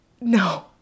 no